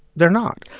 they're not